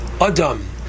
Adam